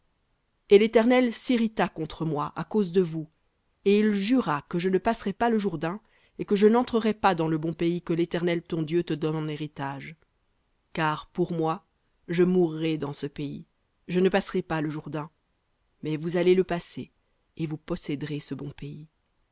et l'éternel s'irrita contre moi à cause de vous et il jura que je ne passerais pas le jourdain et que je n'entrerais pas dans le bon pays que l'éternel ton dieu te donne en héritage car pour moi je mourrai dans ce pays je ne passerai pas le jourdain mais vous allez le passer et vous posséderez ce bon pays